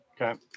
Okay